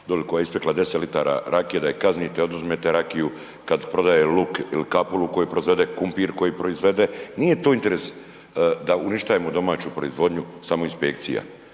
dole koja je ispekla 10 litara rakije, oduzmete rakiju, kad prodaje luk ili kapulu koju proizvede, krumpir koji proizvede, nije tu interes sa uništavamo domaću proizvodnju samo inspekcija.